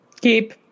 Keep